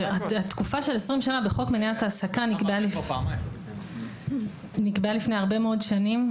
התקופה של 20 שנה בחוק מניעת העסקה נקבעה לפני הרבה מאוד שנים.